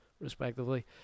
respectively